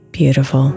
Beautiful